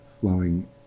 flowing